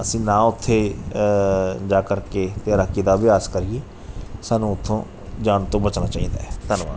ਅਸੀਂ ਨਾ ਉੱਥੇ ਜਾ ਕਰਕੇ ਤੈਰਾਕੀ ਦਾ ਅਭਿਆਸ ਕਰੀਏ ਸਾਨੂੰ ਉੱਥੇ ਜਾਣ ਤੋਂ ਬਚਣਾ ਚਾਹੀਦਾ ਧੰਨਵਾਦ